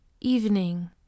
Evening